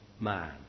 man